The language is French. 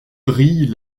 brille